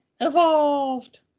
evolved